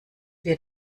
wir